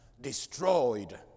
destroyed